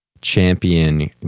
champion